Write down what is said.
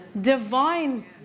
divine